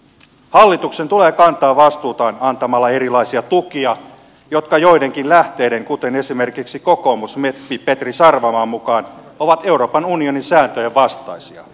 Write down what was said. hallituksen tulee kantaa vastuutaan antamalla erilaisia tukia jotka joidenkin lähteiden kuten esimerkiksi kokoomusmeppi petri sarvamaan mukaan ovat euroopan unionin sääntöjen vastaisia